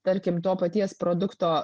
tarkim to paties produkto